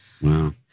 Wow